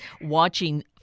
watching